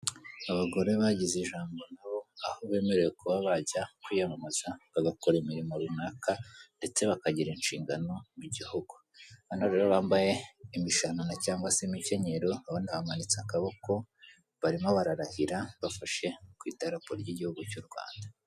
Abagore bagize ijambo nabo aho bemerewe kuba bajya kwiyamamaza bagakora imirimo runaka ndetse bakagira inshingano mu gihugu, bano rero bambaye imishanana cyangwa se imikenyero urabona bamanitse akaboko barimo bararahira bafashe ku idarapo ry'igihugu cyu Rwanda.